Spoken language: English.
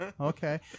okay